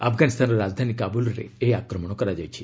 ଆଫଗାନିସ୍ତାନ ରାଜଧାନୀ କାବ୍ରଲରେ ଏହି ଆକ୍ରମଣ କରାଯାଇଛି